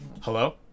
hello